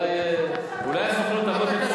עד עכשיו האוצר,